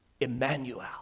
Emmanuel